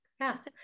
yes